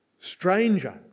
Stranger